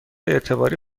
اعتباری